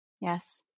Yes